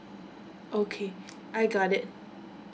okay I got it